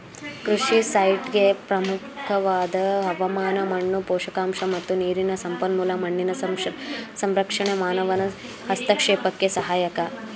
ಕೃಷಿ ಸೈಟ್ಗೆ ಪ್ರಮುಖವಾದ ಹವಾಮಾನ ಮಣ್ಣು ಪೋಷಕಾಂಶ ಮತ್ತು ನೀರಿನ ಸಂಪನ್ಮೂಲ ಮಣ್ಣಿನ ಸಂರಕ್ಷಣೆ ಮಾನವನ ಹಸ್ತಕ್ಷೇಪಕ್ಕೆ ಸಹಾಯಕ